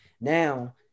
now